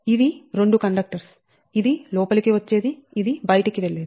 ఇవి 2 కండక్టర్స్ఇది లోపలికి వచ్చేది ఇది బయటికి వెళ్ళేది